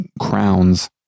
crowns